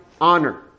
honor